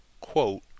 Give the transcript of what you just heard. quote